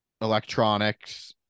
electronics